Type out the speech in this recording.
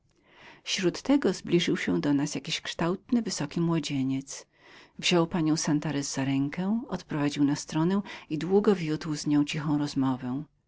śród tego zbliżył się do nas jakiś kształtny wysoki młodzieniec wziął panią santarez za rękę odprowadził na stronę i długo wiódł z nią cichą rozmowę